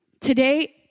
Today